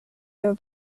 your